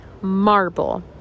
Marble